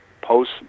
post